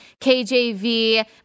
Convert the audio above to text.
KJV